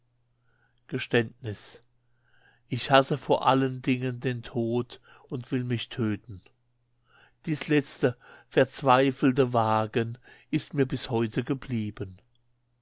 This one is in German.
geständnis ich hasse vor allen dingen den tod und will mich töten dies letzte verzweifelte wagen ist mir bis heute geblieben